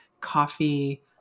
coffee